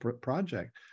project